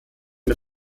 mit